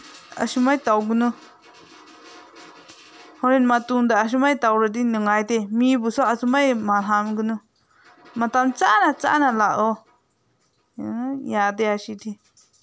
ꯑꯁꯨꯃꯥꯏ ꯇꯧꯒꯅꯨ ꯍꯣꯔꯦꯟ ꯃꯇꯨꯡꯗ ꯑꯁꯨꯃꯥꯏ ꯇꯧꯔꯗꯤ ꯅꯨꯡꯉꯥꯏꯇꯦ ꯃꯤꯕꯨꯁꯨ ꯑꯁꯨꯃꯥꯏ ꯃꯥꯡꯍꯟꯒꯅꯨ ꯃꯇꯝ ꯆꯥꯅ ꯆꯥꯅ ꯂꯥꯛꯑꯣ ꯎꯝ ꯌꯥꯗꯦ ꯑꯁꯤꯗꯤ